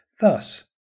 Thus